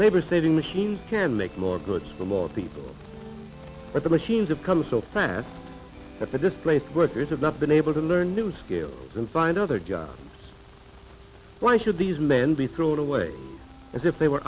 labor saving machines can make more goods for a lot of people but the machines have come so fast that the displaced workers have not been able to learn new skills and find other guy why should these men be thrown away as if they were